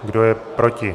Kdo je proti?